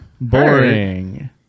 Boring